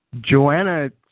Joanna